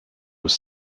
was